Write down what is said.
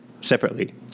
separately